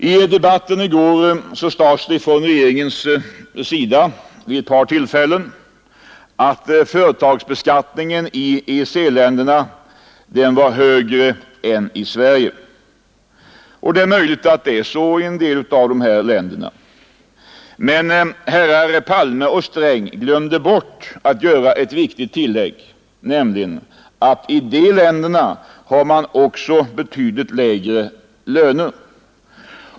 I debatten i går sades det från regeringens sida vid ett par tillfällen att företagsbeskattningen i EEC-länderna är högre än i Sverige. I en del av dessa länder är det på det sättet. Men herrar Palme och Sträng glömde bort att göra ett viktigt tillägg, nämligen att i de länderna har man också betydligt lägre löner.